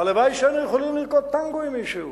הלוואי שהיינו יכולים לרקוד טנגו עם מישהו.